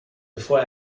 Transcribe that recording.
bevor